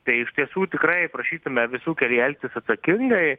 tai iš tiesų tikrai prašytume visų kely elgtis atsakingai